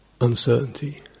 Uncertainty